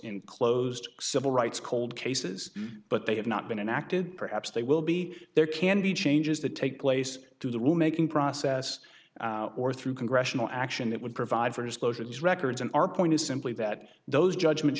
in closed civil rights cold cases but they have not been enacted perhaps they will be there can be changes that take place to the rule making process or through congressional action that would provide for disclosures records and our point is simply that those judgments